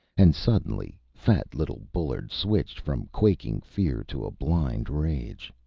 and suddenly fat little bullard switched from quaking fear to a blind rage.